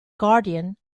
guardian